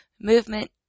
movement